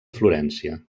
florència